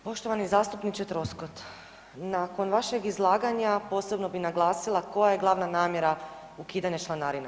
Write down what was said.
Poštovani zastupniče Troskot, nakon vašeg izlaganja posebno bi naglasila koja je glavna namjera ukidanja članarine.